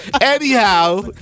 Anyhow